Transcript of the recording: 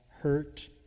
hurt